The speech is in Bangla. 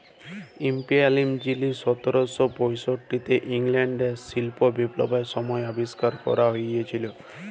ইস্পিলিং যিলি সতের শ পয়ষট্টিতে ইংল্যাল্ডে শিল্প বিপ্লবের ছময় আবিষ্কার ক্যরা হঁইয়েছিল